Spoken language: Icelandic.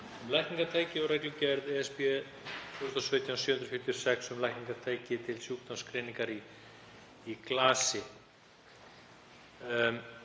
um lækningatæki, og reglugerð ESB 2017/746 um lækningatæki til sjúkdómsgreiningar í glasi.